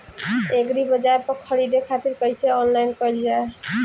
एग्रीबाजार पर खरीदे खातिर कइसे ऑनलाइन कइल जाए?